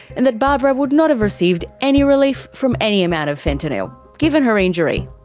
and that barbara would not have received any relief from any amount of fentanyl, given her injury.